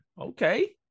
okay